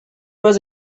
was